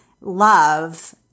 love